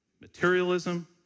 materialism